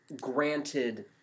granted